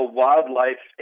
wildlife